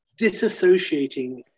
disassociating